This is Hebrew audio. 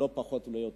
לא פחות ולא יותר,